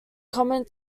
common